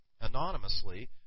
anonymously